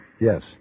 Yes